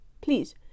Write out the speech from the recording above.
Please